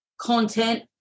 content